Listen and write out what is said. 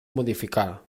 modificar